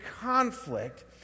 conflict